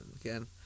again